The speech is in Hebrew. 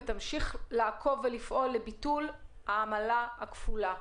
הוועדה תמשיך לעקוב ולפעול לביטול העמלה הכפולה.